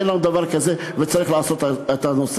אין לנו דבר כזה וצריך לעשות את זה.